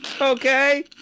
Okay